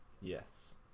Yes